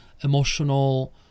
emotional